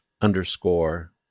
Underscore